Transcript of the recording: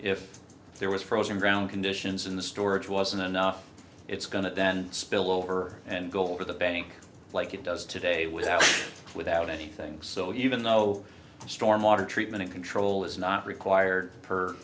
if there was frozen ground conditions in the storage wasn't enough it's going to spill over and go over the bank like it does today without without anything so even though storm water treatment and control is not required per